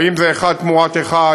האם זה אחד תמורת אחד,